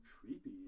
creepy